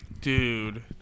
Dude